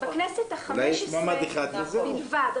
בכנסת ה-15 בלבד,